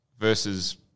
Versus